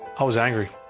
i was angry.